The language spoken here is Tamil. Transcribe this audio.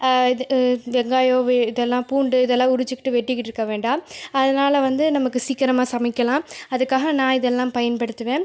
இது வெங்காயம் இதல்லாம் பூண்டு இதல்லாம் உரித்திட்டு வெட்டிக்கிட்டு இருக்க வேண்டாம் அதனால் வந்து நமக்கு சீக்கரமாக சமைக்கலாம் அதுக்காக நான் இதல்லாம் பயன்படுத்துவேன்